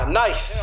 nice